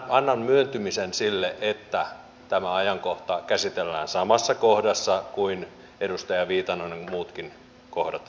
annan myöntymisen sille että tämä asia käsitellään samassa ajankohdassa kuin edustaja viitanen on muutkin kohdat esittänyt